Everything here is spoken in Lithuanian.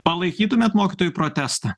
palaikytumėt mokytojų protestą